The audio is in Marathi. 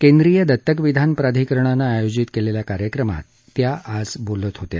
केंद्रीय दत्तक विधान प्राधिकरणानं आयोजित केलेल्या कार्यक्रमात त्या आज बोलत होत्या